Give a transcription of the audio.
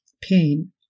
pain